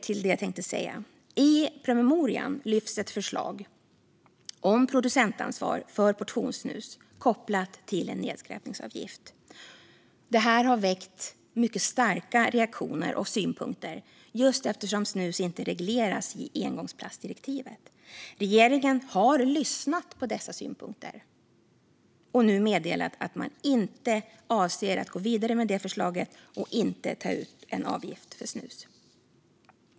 I promemorian lyfts ett förslag fram om producentansvar för portionssnus kopplat till en nedskräpningsavgift. Detta har väckt mycket starka reaktioner och synpunkter, eftersom snus inte regleras i engångsplastdirektivet. Regeringen har lyssnat på dessa synpunkter och nu meddelat att man inte avser att gå vidare med förslaget och inte tänker ta ut någon avgift för snus.